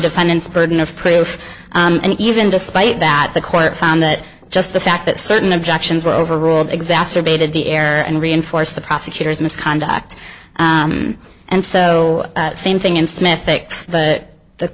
defendant's burden of proof and even despite that the court found that just the fact that certain objections were overruled exacerbated the error and reinforced the prosecutor's misconduct and so same thing in smith but the